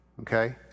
okay